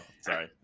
sorry